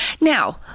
Now